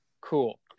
cool